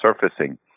surfacing